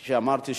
כפי שאמרתי,